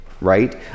right